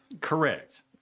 Correct